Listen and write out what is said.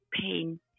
pain